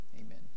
amen